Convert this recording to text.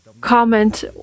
comment